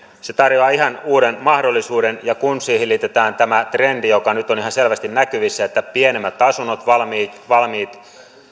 se tarjoaa ihan uuden mahdollisuuden ja kun siihen liitetään tämä trendi joka on nyt on ihan selvästi näkyvissä että pienemmät asunnot valmiit valmiit